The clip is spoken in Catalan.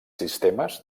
sistemes